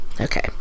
Okay